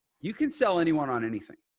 you can sell anyone on anything.